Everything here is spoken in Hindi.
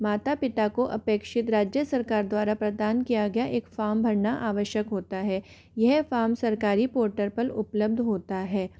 माता पिता को अपेक्षित राज्य सरकार द्वारा प्रदान किया गया एक फॉर्म भरना आवश्यक होता है यह फॉर्म सरकारी पोर्टल पर उपलब्ध होता है